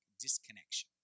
disconnection